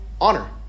honor